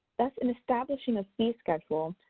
thus, in establishing a fee schedule,